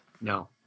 No